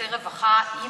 לשירותי רווחה אם